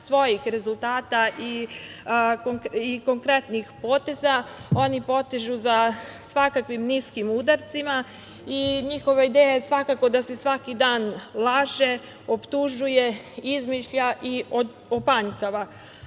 svojih rezultata i konkretnih poteza, oni posežu za svakakvim niskim udarcima i njihova ideja je svakako da se svaki dan laže, optužuje, izmišlja i opanjkava,